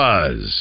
Buzz